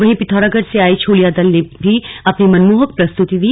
वहीं पिथौरागढ से आये छोलिया दल ने भी अपनी मनमोहक प्रस्तुति दी